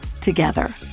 together